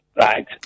right